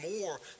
more